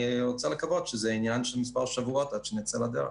אני רוצה לקוות שזה שעניין של מספר שבועות עד שנצא לדרך.